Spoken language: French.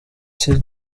cesse